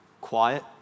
quiet